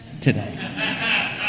today